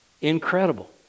Incredible